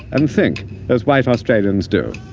and think as white australians do.